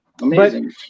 Amazing